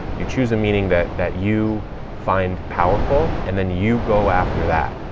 you choose a meaning that that you find powerful and then you go after that.